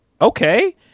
okay